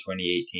2018